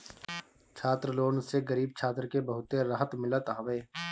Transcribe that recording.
छात्र लोन से गरीब छात्र के बहुते रहत मिलत हवे